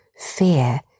fear